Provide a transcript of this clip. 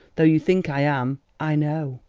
though you think i am, i know.